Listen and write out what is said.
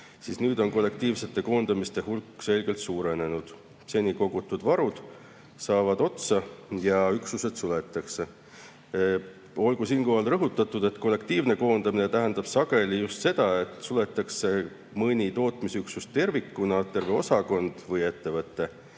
siis nüüd on kollektiivsete koondamiste hulk selgelt suurenenud. Seni kogutud varud saavad otsa ja üksused suletakse. Olgu siinkohal rõhutatud, et kollektiivne koondamine tähendab sageli just seda, et suletakse mõni tootmisüksus tervikuna, terve osakond või ettevõte,